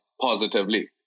positively